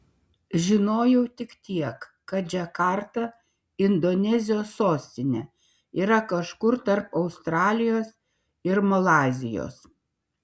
žinojau tik tiek kad džakarta indonezijos sostinė yra kažkur tarp australijos ir malaizijos